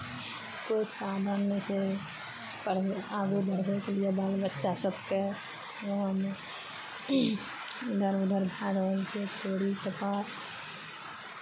कोइ साधन नहि छै पढ़बै आगे बढ़बयके लिए बाल बच्चा सभके इधर उधर भए रहल छियै चोरी चपा